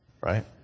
right